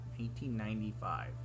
1895